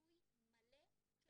מיצוי מלא של